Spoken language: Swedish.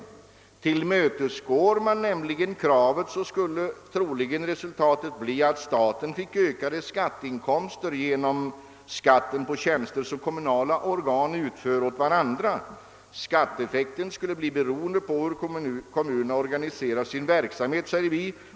Om man tillmötesgår kravet i det fallet, skulle resultatet troligen bli att staten fick ökade skatteinkomster genom skatten på tjänster som kommunala organ utför åt varandra. Skatteeffekten skulle då bli beroende av hur kommunerna organiserar sin verksamhet, menar vi.